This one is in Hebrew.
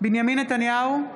בנימין נתניהו,